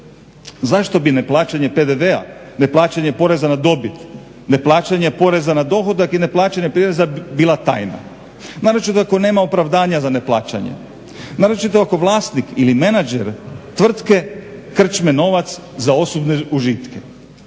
Zašto bi neplaćanje PDV-a, neplaćanje poreza na dobit, neplaćanje poreza na dohodak i neplaćanje proreza bila tajna, naročito tako nema opravdanja za neplaćanje, naročito ako vlasnik ili menadžer tvrtke krčme novac za osobne užitke.